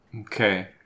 Okay